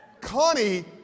Connie